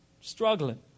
struggling